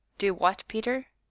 do what, peter?